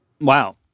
Wow